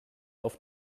auf